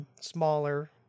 smaller